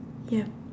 ya